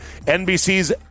NBC's